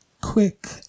quick